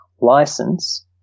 license